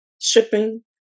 shipping